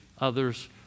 other's